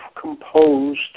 composed